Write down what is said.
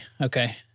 Okay